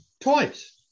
Twice